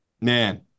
man